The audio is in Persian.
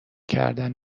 کردن